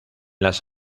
las